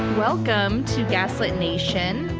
welcome to gaslit nation.